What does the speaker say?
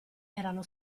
erano